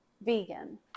vegan